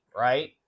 right